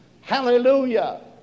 Hallelujah